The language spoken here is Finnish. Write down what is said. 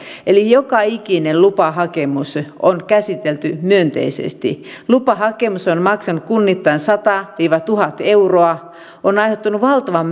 eli joka ikinen lupahakemus on käsitelty myönteisesti lupahakemus on maksanut kunnittain sata viiva tuhat euroa se on aiheuttanut valtavan